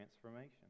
transformation